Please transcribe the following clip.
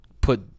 put